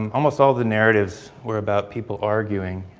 um almost all the narratives were about people arguing.